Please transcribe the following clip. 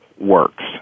works